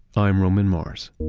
i'm roman mars